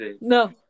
No